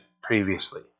previously